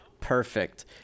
Perfect